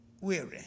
weary